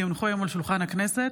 כי הונחו היום על שולחן הכנסת,